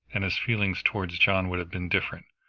and his feelings towards john would have been different.